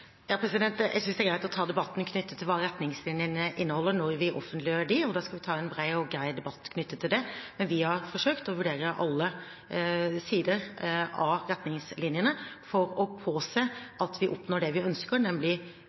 Jeg synes det er greit å ta debatten om hva retningslinjene inneholder, når vi offentliggjør dem. Da skal vi ta en bred og grei debatt om dette. Vi har forsøkt å vurdere alle sider av retningslinjene for å påse at vi oppnår det vi ønsker, nemlig